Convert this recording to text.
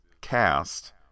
cast